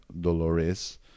Dolores